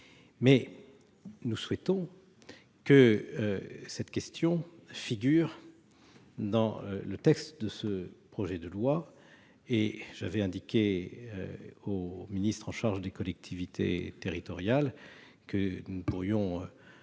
Mais nous souhaitons que cette mesure figure dans le projet de loi. En outre, j'avais indiqué au ministre chargé des collectivités territoriales que nous ne pourrions